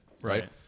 right